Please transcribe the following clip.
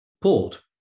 port